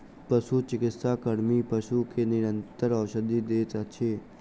पशुचिकित्सा कर्मी पशु के निरंतर औषधि दैत अछि